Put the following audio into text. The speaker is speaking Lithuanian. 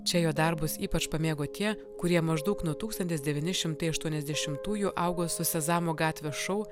čia jo darbus ypač pamėgo tie kurie maždaug nuo tūkstantis devyni šimtai aštuoniasdešimtųjų augo su sezamo gatvės šou